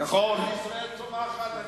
ארץ ישראל צומחת,